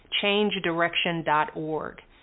changedirection.org